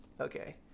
okay